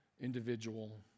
individual